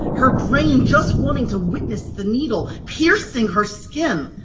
her brain just wanting to witness the needle piercing her skin.